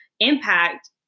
impact